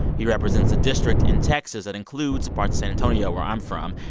he represents a district in texas that includes parts of san antonio, where i'm from,